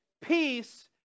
peace